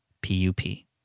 P-U-P